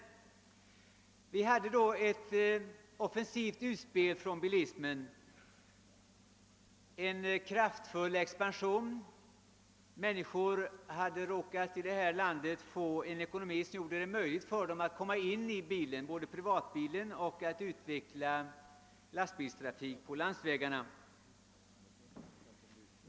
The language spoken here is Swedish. Det gjordes vid denna tid ett offensivt utspel på bilismens område, där en kraftfull expansion ägde rum. Många människor i vårt land hade fått ekonomiska möjligheter att såväl skaffa privatbilar som utveckla lastbilstrafiken på landsvägarna.